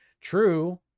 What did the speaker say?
True